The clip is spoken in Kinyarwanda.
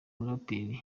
muraperi